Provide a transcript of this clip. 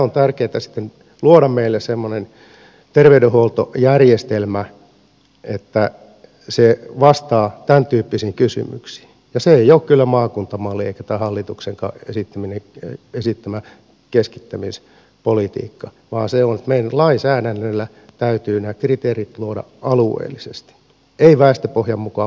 on tärkeätä sitten luoda meille semmoinen terveydenhuoltojärjestelmä että se vastaa tämäntyyppisiin kysymyksiin ja se ei ole kyllä maakuntamalli eikä tämä hallituksenkaan esittämä keskittämispolitiikka vaan meidän lainsäädännöllä täytyy nämä kriteerit luoda alueellisesti ei väestöpohjan mukaan vaan alueellisesti